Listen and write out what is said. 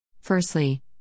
Firstly